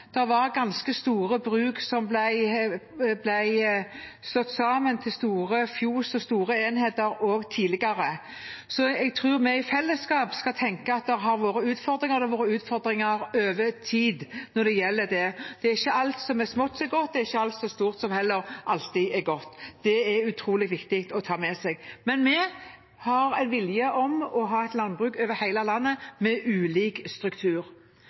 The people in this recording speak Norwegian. var ganske store bruk som ble slått sammen til store fjøs og store enheter også tidligere. Så jeg tror at vi i fellesskap skal tenke at det har vært utfordringer, og det har vært utfordringer over tid når det gjelder det. Det er ikke alt som er smått som er godt, og det er ikke alt som er stort som heller alltid er godt. Det er utrolig viktig å ta med seg. Men vi har en vilje om å ha et landbruk over hele landet med ulik struktur.